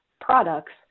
products